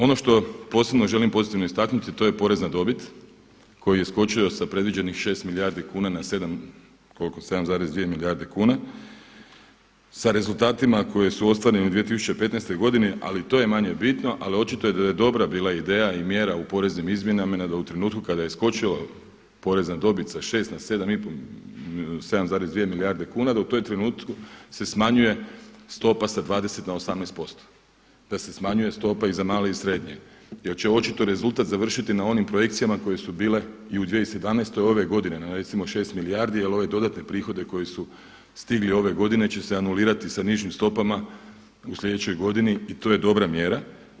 Ono što posebno želim pozitivno istaknuti to je porezna dobit koja je iskočila sa predviđenih 6 milijardi kuna na 7,2 milijarde kuna sa rezultatima koji su ostvareni u 2015. godini ali to je manje bitno ali očito je da je dobra bila ideja i mjera u poreznim izmjenama i da u trenutku kada je skočio porez na dobit sa 6 na 7,2 milijarde kuna da u tom trenutku se smanjuje stopa sa 20 na 18%, da se smanjuje stopa i za male i srednje jer će očito rezultat završiti na onim projekcijama koje su bile i u 2017. ove godine na recimo 6 milijardi jer ove dodatne prihode koji su stigli ove godine će se anulirati sa nižim stopama u slijedećoj godini i to je dobra mjera.